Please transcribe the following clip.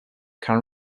can